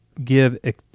give